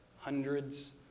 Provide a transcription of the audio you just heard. hundreds